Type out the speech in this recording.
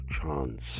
chance